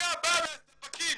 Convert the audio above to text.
הזליגה באה מהספקים.